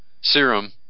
serum